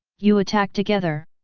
you attack together!